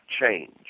change